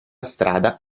strada